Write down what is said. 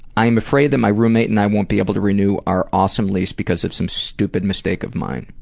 i'm afraid that my roommate and i won't be able to renew our awesome lease because of some stupid mistake of mine.